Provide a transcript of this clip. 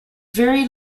very